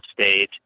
stage